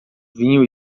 vinho